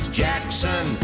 jackson